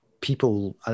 people